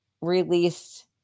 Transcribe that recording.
released